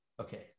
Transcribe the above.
Okay